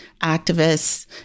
activists